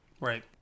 Right